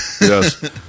Yes